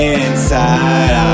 inside